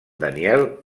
daniel